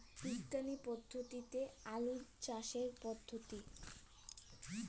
বিজ্ঞানিক পদ্ধতিতে আলু চাষের পদ্ধতি?